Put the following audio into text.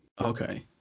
Okay